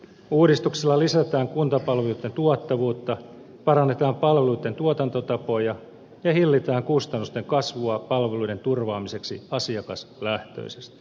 uudistuksella lisätään kuntapalveluitten tuottavuutta parannetaan palveluitten tuotantotapoja ja hillitään kustannusten kasvua palveluiden turvaamiseksi asiakaslähtöisesti